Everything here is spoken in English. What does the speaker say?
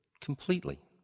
completely